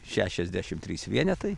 šešiasdešim trys vienetai